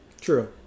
True